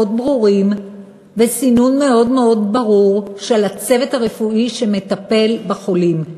ברורים וסינון מאוד מאוד ברור של הצוות הרפואי שמטפל בחולים.